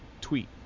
tweet